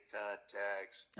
contacts